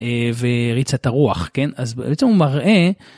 והעריצה את הרוח, כן? אז בעצם הוא מראה...